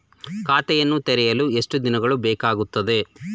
ಖಾತೆಯನ್ನು ತೆರೆಯಲು ಎಷ್ಟು ದಿನಗಳು ಬೇಕಾಗುತ್ತದೆ?